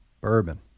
bourbon